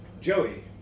Joey